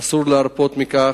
אסור להרפות מכך,